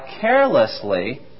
carelessly